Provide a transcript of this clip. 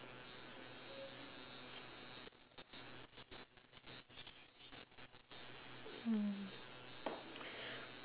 mm